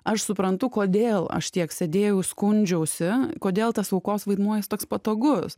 aš suprantu kodėl aš tiek sėdėjau skundžiausi kodėl tas aukos vaidmuo jis toks patogus